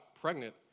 pregnant